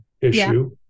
issue